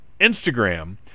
Instagram